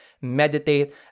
meditate